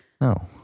No